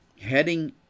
heading